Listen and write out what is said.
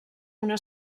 una